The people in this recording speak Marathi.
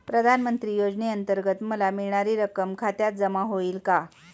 प्रधानमंत्री योजनेअंतर्गत मला मिळणारी रक्कम खात्यात जमा होईल का?